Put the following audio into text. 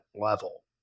level